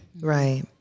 Right